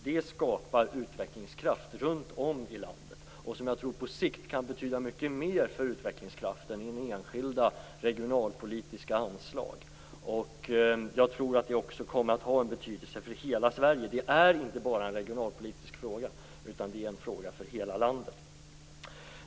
Det skapar utvecklingskraft runt om i landet. Jag tror att det på sikt kan betyda mycket mer för utvecklingskraften än enskilda regionalpolitiska anslag. Jag tror att det också kommer att ha betydelse för hela Sverige. Det är inte bara en regionalpolitisk fråga, utan det är en fråga för hela landet.